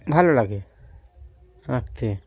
ভালো লাগে আঁকতে